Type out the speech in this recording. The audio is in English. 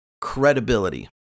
credibility